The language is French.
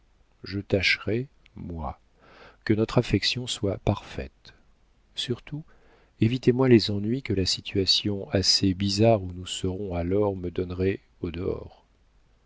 je tâcherai moi que notre affection soit parfaite surtout évitez moi les ennuis que la situation assez bizarre où nous serons alors me donnerait au dehors